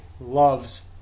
loves